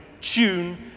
tune